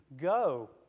go